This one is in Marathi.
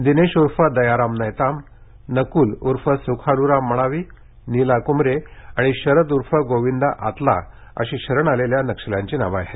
दिनेश उर्फ दयाराम नैताम नकुल उर्फ सुखालूराम मडावी निला कुमरे आणि शरद उर्फ गोविंदा आतला अशी शरण आलेल्या नक्षल्यांची नावं आहेत